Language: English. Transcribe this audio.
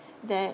that